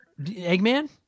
Eggman